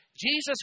Jesus